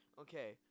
Okay